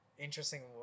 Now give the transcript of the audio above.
interesting